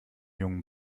jungen